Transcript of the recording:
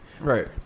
Right